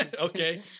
Okay